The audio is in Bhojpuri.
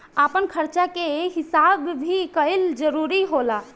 आपन खर्चा के हिसाब भी कईल जरूरी होला